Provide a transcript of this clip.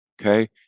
Okay